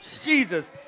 Jesus